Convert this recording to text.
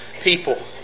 people